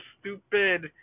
stupid